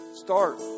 start